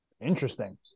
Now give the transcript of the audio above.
Interesting